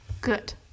Good